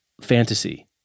fantasy